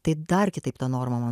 tai dar kitaip ta norma man